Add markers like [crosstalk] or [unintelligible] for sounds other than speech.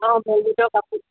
অঁ [unintelligible]